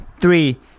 three